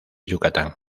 yucatán